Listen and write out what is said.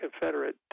Confederate